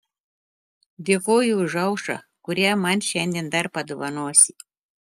dėkoju už aušrą kurią man šiandien dar padovanosi